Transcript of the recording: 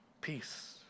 peace